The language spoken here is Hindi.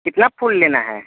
कितना फूल लेना है